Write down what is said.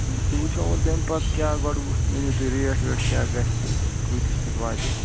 سُہ وٕچھو وۄنۍ تیٚمہِ پَتہٕ کیٛاہ گۄڈٕ وٕچھنٲیِو تُہۍ ریٹ ویٹ کیٛاہ گژھِ تہٕ کۭتِس پٮ۪ٹھ واتہِ یہِ